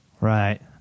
Right